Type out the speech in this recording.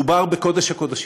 מדובר בקודש הקודשים,